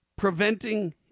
Preventing